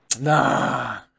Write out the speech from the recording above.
Nah